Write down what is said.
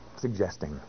suggesting